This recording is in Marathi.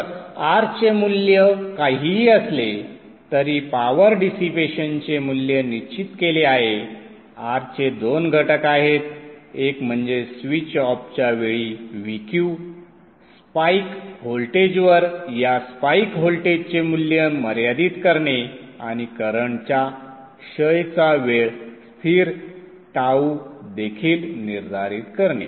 तर R चे मूल्य काहीही असले तरी पॉवर डिसिपेशनचे मूल्य निश्चित केले आहे R चे दोन घटक आहेत एक म्हणजे स्विच ऑफच्या वेळी Vq स्पाइक व्होल्टेजवर या स्पाइक व्होल्टेजचे मूल्य मर्यादित करणे आणि करंट च्या क्षयचा वेळ स्थिर टाऊ देखील निर्धारित करणे